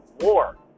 war